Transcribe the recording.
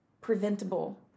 preventable